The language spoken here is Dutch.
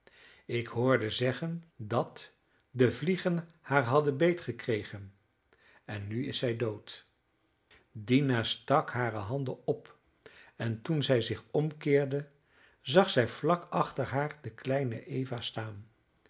ik hoorde zeggen dat de vliegen haar hadden beetgekregen en nu is zij dood dina stak hare handen op en toen zij zich omkeerde zag zij vlak achter haar de kleine eva staan